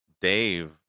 Dave